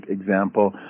example